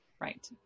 Right